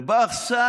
ומה עכשיו?